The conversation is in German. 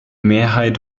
mehrheit